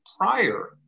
prior